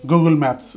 Google maps